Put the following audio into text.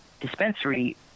dispensary